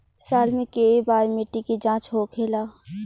साल मे केए बार मिट्टी के जाँच होखेला?